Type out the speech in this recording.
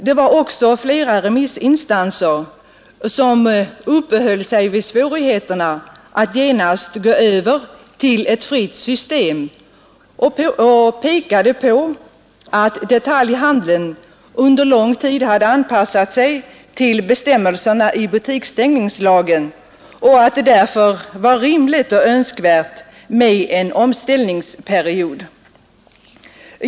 Flera andra remissinstanser uppehöll sig vid svårigheterna att genast gå över till ett fritt system och pekade på att detaljhandeln under lång tid hade anpassat sig till bestämmelserna i butiksstängningslagen och att det därför var rimligt och önskvärt med en omställningsperiod.